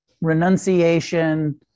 renunciation